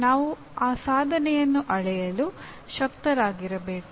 ನಾವು ಆ ಸಾಧನೆಯನ್ನು ಅಳೆಯಲು ಶಕ್ತರಾಗಿರಬೇಕು